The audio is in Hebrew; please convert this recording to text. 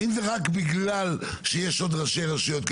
האם זה רק בגלל שיש עוד ראשי רשויות?